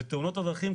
תאונות הדרכים,